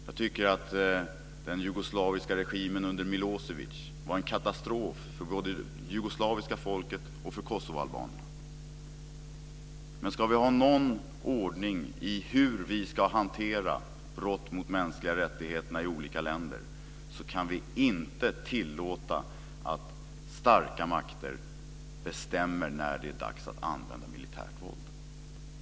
Jag tycker att den jugoslaviska regimen under Milo evic var en katastrof både för det jugoslaviska folket och för kosovoalbanerna. Men om vi ska ha någon ordning i hur vi ska hantera brott mot de mänskliga rättigheterna i olika länder kan vi inte tillåta att starka makter bestämmer när det är dags att använda militärt våld.